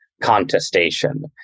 contestation